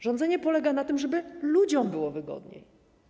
Rządzenie polega na tym, żeby ludziom było wygodniej.